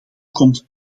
komt